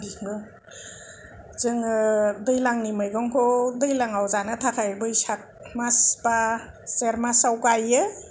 जोङो दैलांनि मैगंखौ दैलांआव जानो थाखाय बैसाग मास बा जेट मासाव गाययो